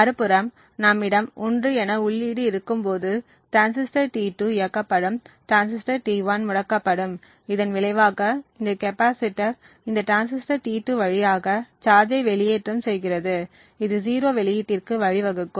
மறுபுறம் நம்மிடம் 1 என உள்ளீடு இருக்கும் போது டிரான்சிஸ்டர் T2 இயக்கப்படும் டிரான்சிஸ்டர் T1 முடக்கப்படும் இதன் விளைவாக இந்த கெப்பாசிட்டர் இந்த டிரான்சிஸ்டர் T2 வழியாக சார்ஜ்ஜை வெளியேற்றம் செய்கிறது இது 0 வெளியீட்டிற்கு வழிவகுக்கும்